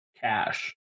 cash